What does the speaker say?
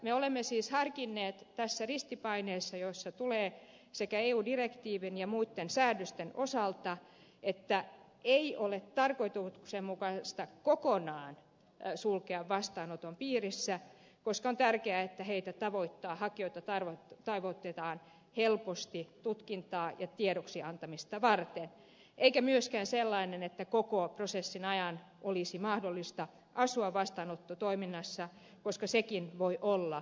me olemme siis harkinneet tässä ristipaineessa jota tulee sekä eu direktiivin että muiden säännösten osalta että hakijoita ei ole tarkoituksenmukaista kokonaan sulkea vastaanoton piiristä koska on tärkeää että hakijat tavoitetaan helposti tutkintaa ja tiedoksiantamista varten eikä myöskään ole tarkoituksenmukaista sellainen että koko prosessin ajan olisi mahdollista asua vastaanottokeskuksessa koska sekin voi olla tekijä